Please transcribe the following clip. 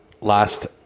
last